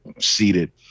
seated